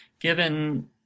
given